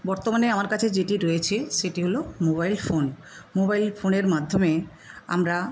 বর্তমানে আমার কাছে যেটি রয়েছে সেটি হল মোবাইল ফোন মোবাইল ফোনের মাধ্যমে আমরা